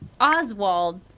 Oswald